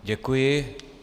Děkuji.